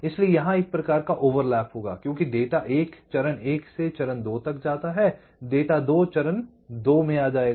इसलिए यहां एक प्रकार का ओवरलैप होगा क्योंकि डेटा 1 चरण 1 से चरण 2 तक जाता है डेटा 2 चरण 2 में आ जाएगा